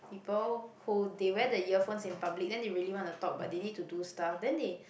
people who they wear the earphones in public then they really wanna talk but they need to do stuff then they